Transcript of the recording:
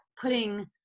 putting